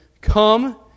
Come